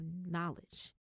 knowledge